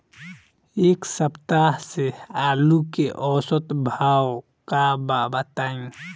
एक सप्ताह से आलू के औसत भाव का बा बताई?